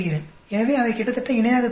எனவே அவை கிட்டத்தட்ட இணையாகத் தெரிகின்றன